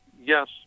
yes